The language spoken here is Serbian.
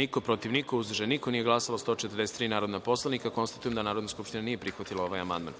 niko, protiv – niko, uzdržanih – nema, nisu glasala 143 narodna poslanika. Konstatujem da Narodna skupština nije prihvatila ovaj amandman.